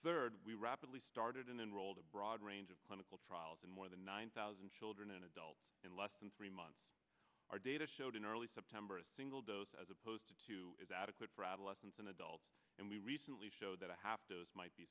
third we rapidly started in enrolled a broad range of clinical trials and more than nine thousand children and adults in less than three months our data showed in early september a single dose as opposed to two is adequate for adolescents and adults and we recently showed that i have to